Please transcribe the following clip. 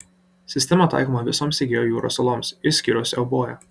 sistema taikoma visoms egėjo jūros saloms išskyrus euboją